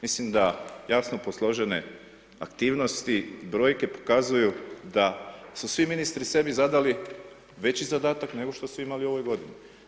Mislim da jasno posložene aktivnosti brojke pokazuju da su svi ministri sebi zadali veći zadatak nego što su imali u ovoj godini.